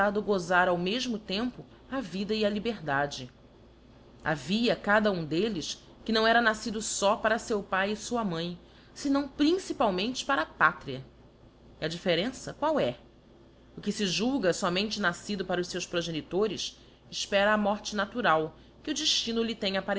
golar ao mefino tempo a vida e a liberdade havia cada um d'elles que não era nafcido fó para feu pae e fua mãe fenão principalmente para a pátria e a diflferença qual é o que fe julga fomente nascido para os feus progenitores efpera a morte natural que o deftino lhe tem